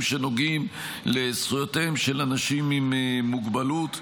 שנוגעים לזכויותיהם של אנשים עם מוגבלות.